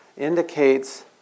indicates